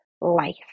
life